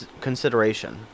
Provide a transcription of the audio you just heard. consideration